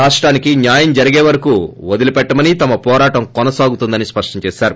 రాష్టానికి న్యాయం జరిగే వరకూ వదిల్పెట్టమని తమ పోరాటం కొనసాగుతుందని స్పెప్టం చేసారు